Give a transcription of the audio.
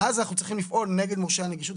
ואז אנחנו צריכים לפעול נגד מורשי הנגישות,